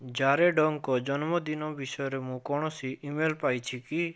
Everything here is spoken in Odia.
ଜାରେଡ଼ଙ୍କ ଜନ୍ମଦିନ ବିଷୟରେ ମୁଁ କୌଣସି ଇମେଲ ପାଇଛି କି